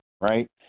right